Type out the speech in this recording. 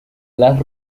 las